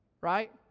Right